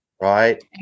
Right